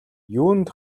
юунд